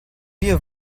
wir